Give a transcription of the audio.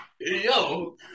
Yo